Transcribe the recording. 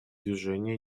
движения